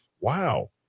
Wow